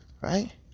Right